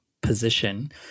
position